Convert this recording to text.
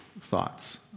thoughts